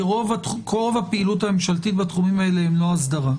כי רוב הפעילות הממשלתית בתחומים האלה הם לא אסדרה.